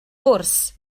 gwrs